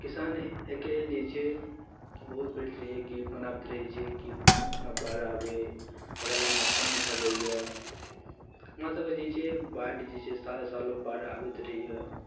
किसान एहिके लेल जे छै बहुत पीड़ित होइ छै कि ई मनाबैत रहै छै कि नहि बाढ़ि आबय ओकरा लेल ओहिमे नोकसान भऽ जाइए हमरासभके जे छै बाढ़ि जे छै साले साले बाढ़ि आबैत रहैए